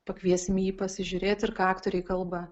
pakviesim jį pasižiūrėt ir ką aktoriai kalba